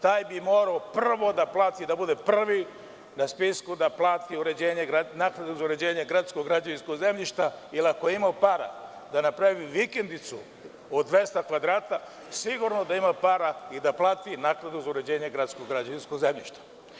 Taj bi morao prvo da plati, da bude prvi na spisku da plati naknadu za uređenje gradskog građevinskog zemljišta jer ako je imao para da napravi vikendicu od 200 kvadrata sigurno da ima para i da plati naknadu za uređenje gradskog građevinskog zemljišta.